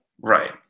Right